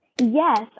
yes